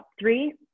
Three